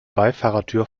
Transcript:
beifahrertür